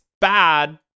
bad